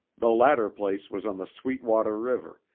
the latter place was on the sweetwater river,